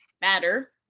matter